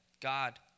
God